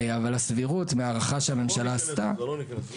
אבל הסבירות מהערכה שהממשלה עשתה --- לא ניכנס לזה.